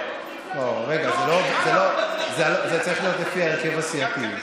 לא, זה צריך להיות לפי ההרכב הסיעתי.